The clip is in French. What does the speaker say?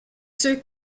ceux